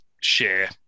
share